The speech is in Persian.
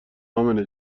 امنه